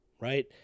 right